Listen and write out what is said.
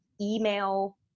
email